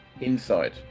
inside